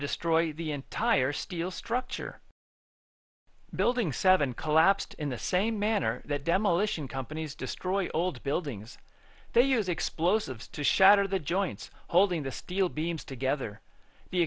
destroy the entire steel structure building seven collapsed in the same manner that demolition companies destroy old buildings they use explosives to shatter the joints holding the steel beams together the